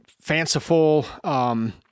fanciful